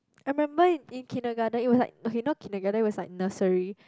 I remember in in kindergarten it was like okay not kindergarten it was like nursery